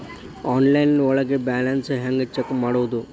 Online ಒಳಗೆ balance ಹ್ಯಾಂಗ check ಮಾಡೋದು?